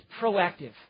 proactive